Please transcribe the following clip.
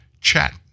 chat